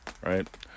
right